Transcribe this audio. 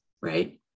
right